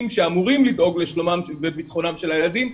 שאמורים לדאוג לשלומם ולביטחונם של הילדים,